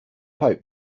pope